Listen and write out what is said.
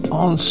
on